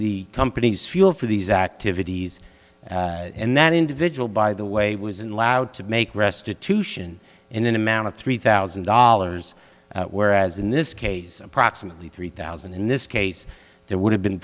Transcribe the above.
the company's fuel for these activities and that individual by the way was in loud to make restitution in an amount of three thousand dollars whereas in this case approximately three thousand in this case there would have been